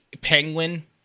penguin